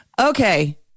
Okay